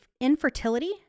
infertility